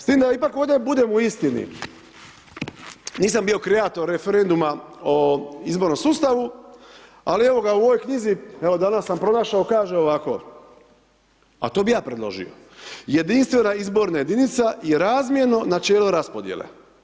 S tim da ipak ovdje budemo u istini nisam bio kreator referenduma o izbornom sustavu, ali, evo ga u ovoj knjizi, evo danas sam pronašao, kaže ovako, a to bi ja predložio, jedinstvena izborna jedinica je razmjerno načelo raspodijele.